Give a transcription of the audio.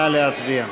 נא להצביע.